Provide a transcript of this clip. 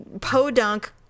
Podunk